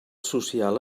social